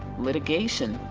litigation,